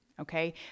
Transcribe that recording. okay